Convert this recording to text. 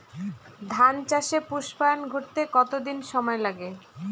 ধান চাষে পুস্পায়ন ঘটতে কতো দিন সময় লাগে?